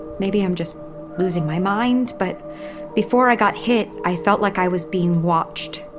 maybe i'm just losing my mind, but before i got hit i felt like i was being watched.